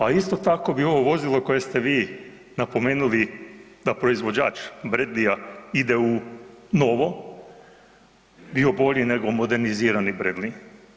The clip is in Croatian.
A isto tako bi ovo vozilo koje ste vi napomenuli da proizvođač Bradleyja ide u novo, bio bolji nego modernizirani Bradley.